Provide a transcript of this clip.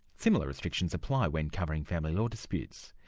similar restricts apply when covering family law disputes.